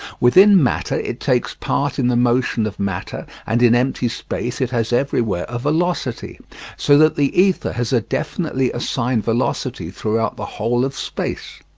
within matter it takes part in the motion of matter and in empty space it has everywhere a velocity so that the ether has a definitely assigned velocity throughout the whole of space.